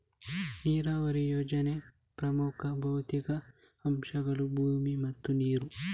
ನೀರಾವರಿ ಯೋಜನೆಯ ಪ್ರಮುಖ ಭೌತಿಕ ಅಂಶಗಳು ಭೂಮಿ ಮತ್ತು ನೀರು